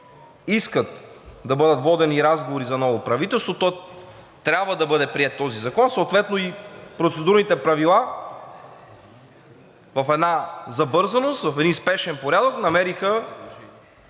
искат да бъдат водени разговори за ново правителство, то трябва да бъде приет този закон съответно и Процедурните правила в една забързаност, в един спешен порядък намериха